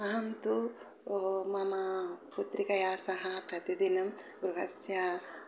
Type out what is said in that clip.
अहं तु उ मम पुत्रिकया सह प्रतिदिनं गृहस्य